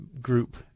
group